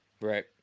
Right